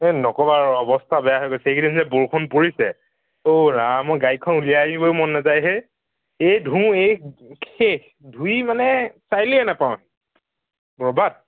এ নক'বা আৰু অৱস্থা বেয়া হৈ গৈছে এইকেইদিন যে বৰষুণ পৰিছে অ' ৰাম মোৰ গাড়ীখন উলিয়াই আনিবএ মন নাযায় হে এই ধুওঁ এই শেষ ধুই মানে চাৰিআলিয়ে নাপাওঁ বৰবাদ